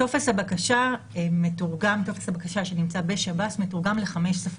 טופס הבקשה שנמצא בשב"ס מתורגם ל-5 שפות: